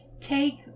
Take